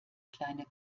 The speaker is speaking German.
kleine